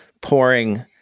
pouring